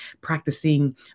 practicing